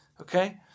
okay